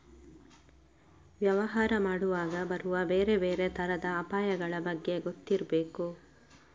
ವ್ಯವಹಾರ ಮಾಡುವಾಗ ಬರುವ ಬೇರೆ ಬೇರೆ ತರದ ಅಪಾಯಗಳ ಬಗ್ಗೆ ಗೊತ್ತಿರ್ಬೇಕು